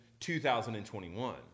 2021